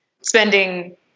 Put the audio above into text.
spending